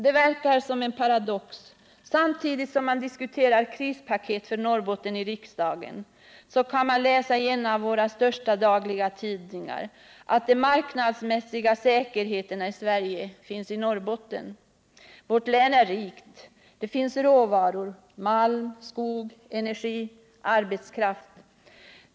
Det verkar som en paradox, att samtidigt som man diskuterar krispaket för Norrbotten i riksdagen så kan man läsa i en av våra största dagliga tidningar att de marknadsmässiga säkerheterna i Sverige finns i Norrbotten. Vårt län är rikt; det finns råvaror, malm, skog, energi och arbetskraft.